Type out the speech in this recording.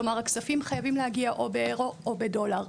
כלומר הכספים חייבים להגיע או באירו או בדולר,